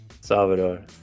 Salvador